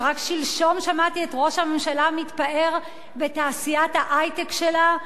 ורק שלשום שמעתי את ראש הממשלה מתפאר בתעשיית ההיי-טק שלה,